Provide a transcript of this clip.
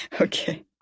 Okay